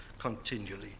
Continually